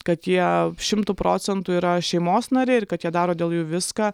kad jie šimtu procentų yra šeimos nariai ir kad jie daro dėl jų viską